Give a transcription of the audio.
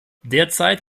derzeit